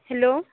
hello